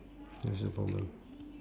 that's the problem